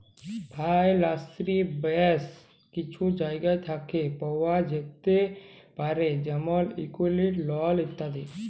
ফাইলালসিং ব্যাশ কিছু জায়গা থ্যাকে পাওয়া যাতে পারে যেমল ইকুইটি, লল ইত্যাদি